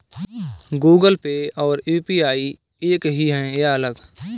Google Pay और UPI एक ही है या अलग?